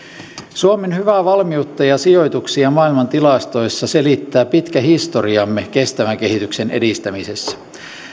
suomen hyvää valmiutta ja sijoituksia maailman tilastoissa selittää pitkä historiamme kestävän kehityksen edistämisessä